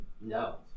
no